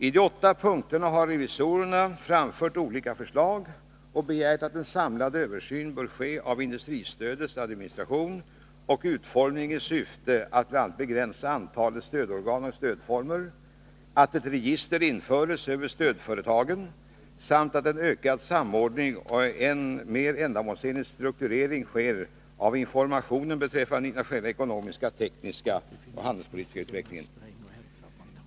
I de åtta punkterna har revisorerna framfört olika förslag och begärt att en samlad översyn bör ske av industristödets administration och utformning i syfte att bl.a. begränsa antalet stödorgan och stödformer, att ett register införs över stödföretagen samt att en ökad samordning och en mer ändamålsenlig strukturering sker av informationen beträffande den internationella ekonomiska, tekniska och handelspolitiska utvecklingen.